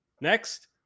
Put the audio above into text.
Next